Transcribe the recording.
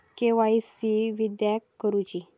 KYC किदयाक करूची?